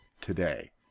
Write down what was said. today